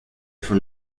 for